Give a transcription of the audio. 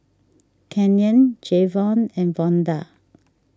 Canyon Jayvon and Vonda